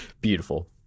Beautiful